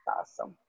Awesome